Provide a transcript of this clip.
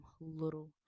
little